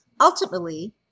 Ultimately